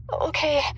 Okay